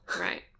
Right